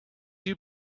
you